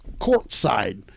courtside